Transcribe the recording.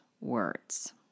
words